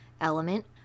Element